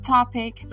Topic